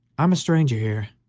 i am a stranger here,